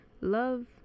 Love